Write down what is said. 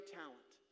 talent